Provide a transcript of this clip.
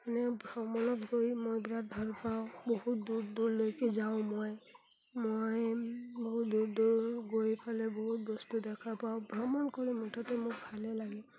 মানে ভ্ৰমণত গৈ মই বিৰাট ভালপাওঁ বহুত দূৰ দূৰলৈকে যাওঁ মই মই বহুত দূৰ দূৰ গৈ পেলাই বহুত বস্তু দেখা পাওঁ ভ্ৰমণ কৰি মুঠতে মোক ভালেই লাগে